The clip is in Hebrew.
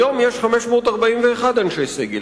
היום יש 541 אנשי סגל.